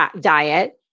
diet